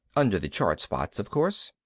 under the charred spots, of course.